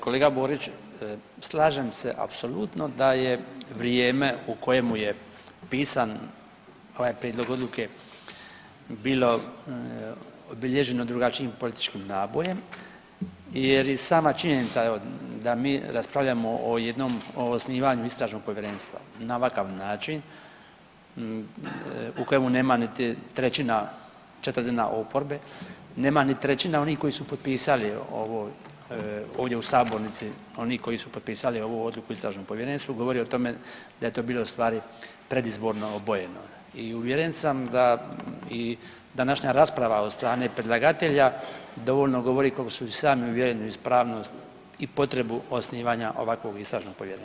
Kolega Borić, slažem se apsolutno da je vrijeme u kojemu je pisan ovaj prijedlog odluke bilo obilježeno drugačijim političkim nabojem jer i sama činjenica da mi raspravljamo o jednom o osnivanju istražnog povjerenstva na ovakav način u kojemu nema niti trećina, četvrtina oporbe, nema ni trećina onih koji su potpisali ovdje u sabornici oni koji su potpisali ovu odluku o istražnom povjerenstvu govori o tome da je to bilo ustvari predizborno obojeno i uvjeren sam da i današnja rasprava od strane predlagatelja dovoljno govori koliko su uvjereni u ispravnost i potrebu osnivanja ovakvog istražnog povjerenstva.